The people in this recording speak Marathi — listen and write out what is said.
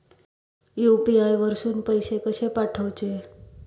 यू.पी.आय वरसून पैसे कसे पाठवचे?